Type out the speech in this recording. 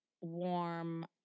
warm